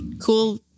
Cool